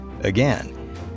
again